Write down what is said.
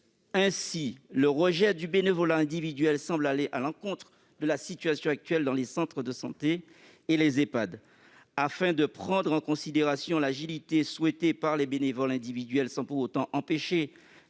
Ainsi, le rejet du bénévolat individuel semble aller à l'encontre de la situation actuelle dans les centres de santé et dans les Ehpad. Afin de prendre en considération l'agilité souhaitée par les bénévoles individuels, sans pour autant empêcher